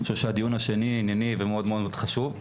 אני חושב שהדיון השני ענייני ומאוד מאוד חשוב.